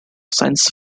science